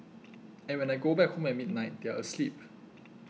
and when I go back home at midnight they are asleep